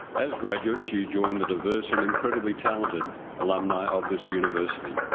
as graduates, you join the diverse and incredibly talented alumni of this university.